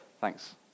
Thanks